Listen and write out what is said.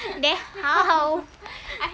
then how